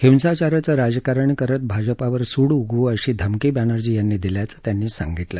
हिंसाचाराचं राजकारण करत भाजपावर सूड उगवू अशी धमकी बॅनर्जी यांनी दिल्याचं त्यांनी सांगितलं